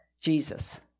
Jesus